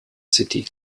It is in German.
city